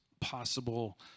possible